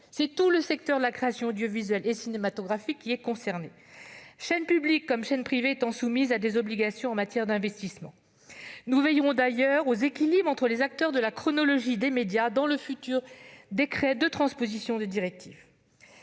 L'ensemble du secteur de la création audiovisuelle et cinématographique est concerné, les chaînes, publiques comme privées, étant soumises à des obligations en matière d'investissement. Nous veillerons aux équilibres entre les acteurs de la chaîne médiatique dans le futur décret de transposition des directives.